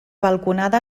balconada